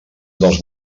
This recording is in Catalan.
dels